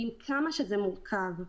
עם כמה שזה מורכב,